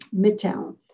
Midtown